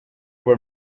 were